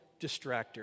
distractor